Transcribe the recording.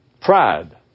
pride